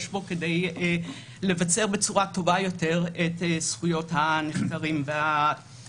יש בו כדי לבצר בצורה טובה יותר את זכויות הנחקרים והנאשמים.